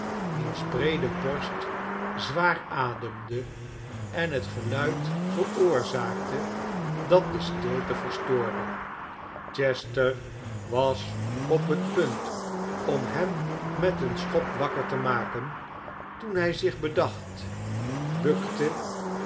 wiens breede borst zwaar ademde en het geluid veroorzaakte dat de stilte verstoorde chester was op het punt om hem met een schop wakker te maken toen hij zich bedacht bukte